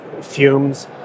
fumes